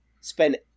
spend